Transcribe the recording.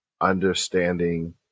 understanding